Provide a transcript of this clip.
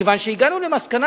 מכיוון שהגענו להסכמה,